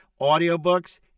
audiobooks